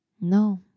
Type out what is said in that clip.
No